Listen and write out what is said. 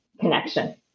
connection